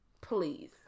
please